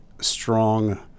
strong